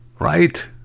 right